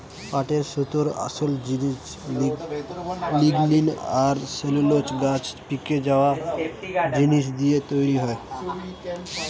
পাটের সুতোর আসোল জিনিস লিগনিন আর সেলুলোজ গাছ থিকে পায়া জিনিস দিয়ে তৈরি হয়